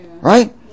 Right